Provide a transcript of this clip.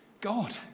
God